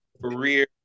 Career